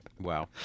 Wow